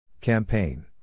Campaign